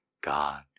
God